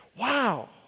Wow